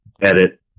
edit